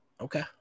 Okay